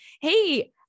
hey